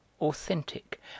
authentic